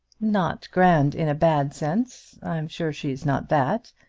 not grand in a bad sense i'm sure she is not that.